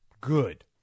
good